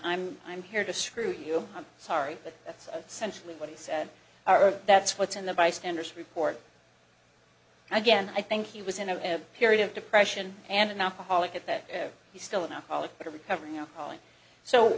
i'm i'm here to screw you i'm sorry but that's a sense of what he said are that's what's in the bystanders report again i think he was in a period of depression and an alcoholic at that he's still an alcoholic but a recovering alcoholic so